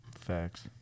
Facts